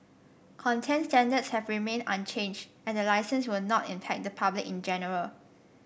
content standards have remained unchanged and the licence will not impact the public in general